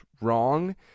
wrong